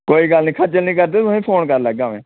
कोई गल्ल निं तुसेंगी खज्जल निं करदा फोन करी लैगा में